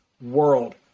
world